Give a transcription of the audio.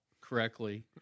correctly